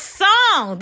song